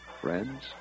Friends